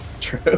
true